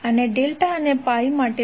અને ડેલ્ટા અને પાઇ માટે પણ